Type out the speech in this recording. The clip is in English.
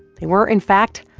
they were, in fact,